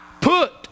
put